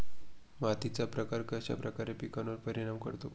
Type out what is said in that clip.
मातीचा प्रकार कश्याप्रकारे पिकांवर परिणाम करतो?